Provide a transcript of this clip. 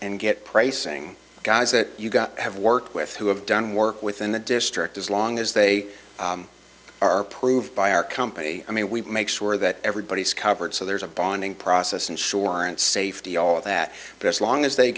and get pricing guys that you've got have worked with who have done work within the district as long as they are approved by our company i mean we make sure that everybody is covered so there's a bonding process insurance safety all of that but as long as they